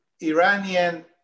Iranian